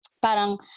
Parang